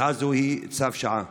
הצעה זאת היא צו השעה.